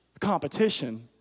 competition